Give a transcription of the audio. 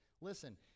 listen